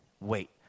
wait